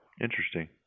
Interesting